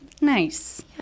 Nice